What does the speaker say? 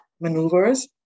maneuvers